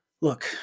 Look